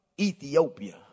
Ethiopia